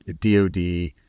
DOD